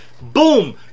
Boom